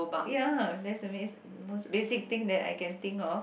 ya that's the basi~ most basic thing that I can think of